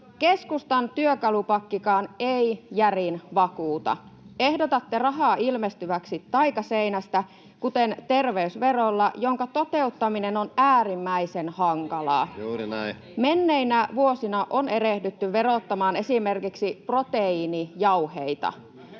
Keskustan työkalupakkikaan ei järin vakuuta: Ehdotatte rahaa ilmestyväksi taikaseinästä, kuten terveysverolla, jonka toteuttaminen on äärimmäisen hankalaa. [Annika Saarikon välihuuto] Menneinä vuosina on erehdytty verottamaan esimerkiksi proteiinijauheita.